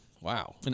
Wow